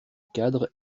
cadre